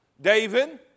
David